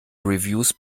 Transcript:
reviews